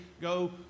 go